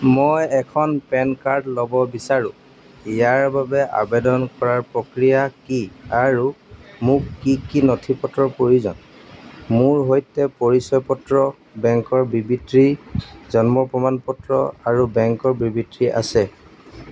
মই এখন PAN card ল'ব বিচাৰোঁ ইয়াৰ বাবে আবেদন কৰাৰ প্ৰক্ৰিয়া কি আৰু মোক কি কি নথি পত্ৰৰ প্ৰয়োজন মোৰ সৈতে পৰিচয় পত্ৰ বেংকৰ বিবৃতি জন্মৰ প্ৰমাণ পত্ৰ আৰু বেংকৰ বিবৃতি আছে